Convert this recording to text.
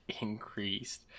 increased